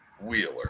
Wheeler